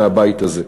מהבית הזה.